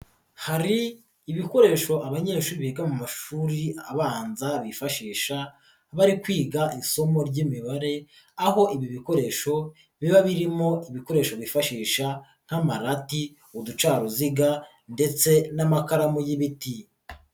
Hari ibikoresho abanyeshuri biga mu mashuri abanza bifashisha bari kwiga isomo ry'imibare, aho ibi bikoresho biba birimo ibikoresho bifashisha nk'amarati, uducaruziga ndetse n'amakaramu y'ibiti.